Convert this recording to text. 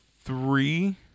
three